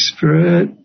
Spirit